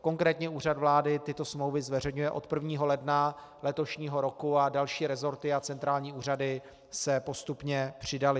Konkrétně Úřad vlády tyto smlouvy zveřejňuje od 1. ledna letošního roku a další resorty a centrální úřady se postupně přidaly.